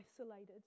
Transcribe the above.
isolated